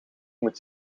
moet